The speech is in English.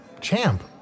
Champ